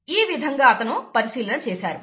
ఈ విధంగా అతను పరిశీలన చేశారు